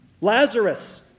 Lazarus